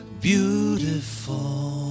beautiful